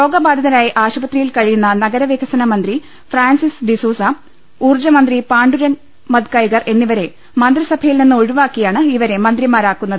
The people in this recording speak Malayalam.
രോഗബാധിതരായി ആശുപത്രിയിൽ കഴിയുന്ന നഗരവികസന മന്ത്രി ഫ്രാൻസിസ് ഡിസുസ ഊർജ്ജമന്ത്രി പാണ്ഡുരംഗ് മദ്കൈകർ എന്നിവരെ മന്ത്രിസഭയിൽ നിന്ന് ഒഴിവാക്കിയാണ് ഇവരെ മന്ത്രിമാരാക്കുന്നത്